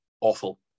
awful